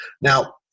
Now